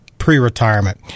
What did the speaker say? pre-retirement